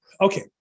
okay